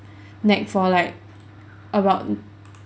neck for about